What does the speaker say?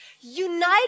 unite